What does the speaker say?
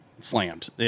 slammed